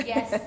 Yes